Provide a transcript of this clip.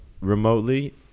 remotely